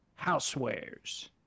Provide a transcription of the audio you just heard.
Housewares